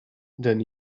than